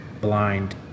blind